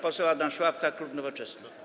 Poseł Adam Szłapka, klub Nowoczesna.